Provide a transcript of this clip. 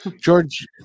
george